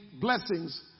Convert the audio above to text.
blessings